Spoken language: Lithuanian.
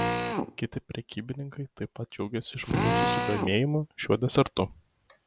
kiti prekybininkai taip pat džiaugėsi žmonių susidomėjimu šiuo desertu